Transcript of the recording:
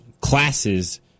classes